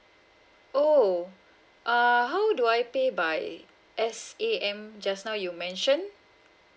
oh err how do I pay by S_A_M just now you mention